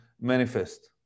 manifest